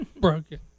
Broken